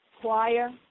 Choir